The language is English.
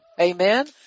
Amen